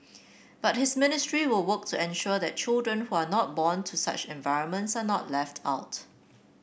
but his ministry will work to ensure that children who are not born to such environments are not left out